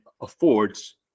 affords